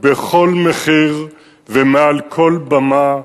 בכל מחיר ומעל כל במה.